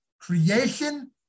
creation